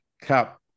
Cup